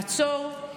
לעצור.